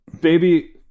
baby